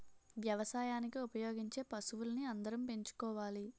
వ్యవసాయానికి ఉపయోగించే పశువుల్ని అందరం పెంచుకోవాలి